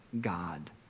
God